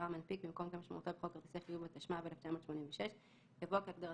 במקום "כדין סיום חוזה כרטיס החיוב בהודעת החייב" יבוא "כדין